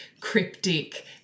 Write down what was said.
cryptic